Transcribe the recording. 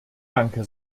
danke